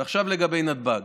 עכשיו לגבי נתב"ג,